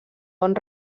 bon